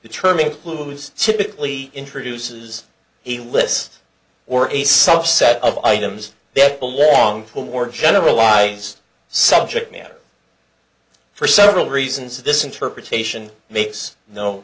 the term includes typically introduces a list or a subset of items that belong to a more generalized subject matter for several reasons this interpretation makes no